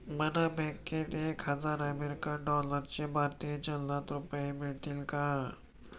मला बँकेत एक हजार अमेरीकन डॉलर्सचे भारतीय चलनात रुपये मिळतील का?